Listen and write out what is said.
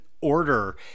order